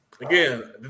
Again